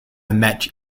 match